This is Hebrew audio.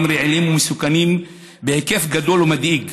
רעילים ומסוכנים בהיקף גדול ומדאיג,